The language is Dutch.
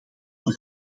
een